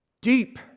Deep